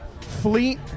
Fleet